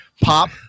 pop